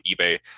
eBay